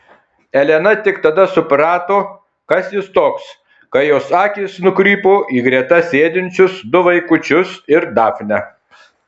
elena tik tada suprato kas jis toks kai jos akys nukrypo į greta sėdinčius du vaikučius ir dafnę